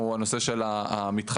הוא הנושא של המתחמי.